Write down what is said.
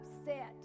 upset